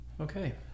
Okay